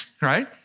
right